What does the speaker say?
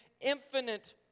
infinite